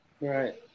Right